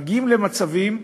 מגיעים למצבים